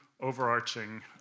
Overarching